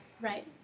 Right